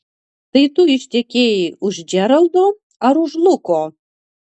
tai tu ištekėjai už džeraldo ar už luko